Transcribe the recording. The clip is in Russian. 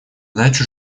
дачу